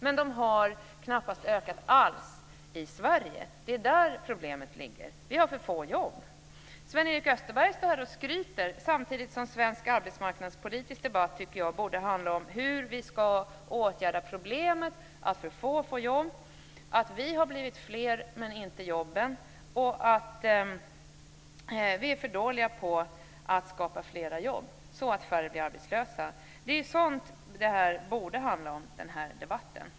Men det har knappast ökat alls i Sverige. Det är där problemet ligger. Vi har för få jobb. Sven-Erik Österberg står här och skryter samtidigt som jag tycker att svensk arbetsmarknadspolitisk debatt borde handla om hur vi ska åtgärda problemen med att för få får jobb, med att vi har blivit fler men inte jobben och med att vi är för dåliga på att skapa flera jobb så att färre blir arbetslösa. Det är sådant den här debatten borde handla om.